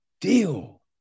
deal